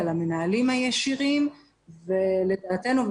על המנהלים הישירים ולדעתנו,